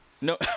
No